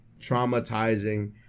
traumatizing